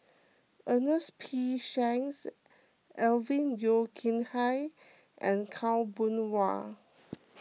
Ernest P Shanks Alvin Yeo Khirn Hai and Khaw Boon Wan